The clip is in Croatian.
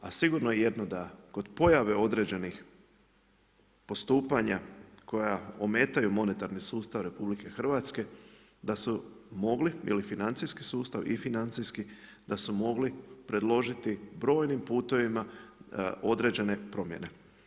A sigurno jedno, da kod pojave određenih postupanja, koja ometaju monetarni sustav RH, da su mogli, ili financijski sustav i financijski da su mogli predložiti brojnim putovima određene promjene.